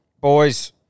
boys